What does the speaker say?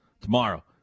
tomorrow